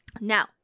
Now